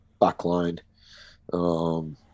backline